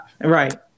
Right